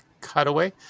cutaway